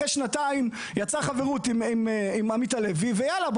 אחרי שנתיים יצר חברות עם עמית הלוי ויאללה,